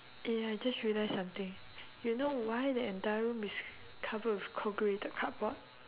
eh I just realise something you know why the entire room is covered with corrugated cardboard